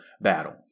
battle